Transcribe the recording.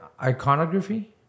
iconography